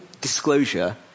disclosure